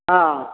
ହଁ